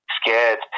scared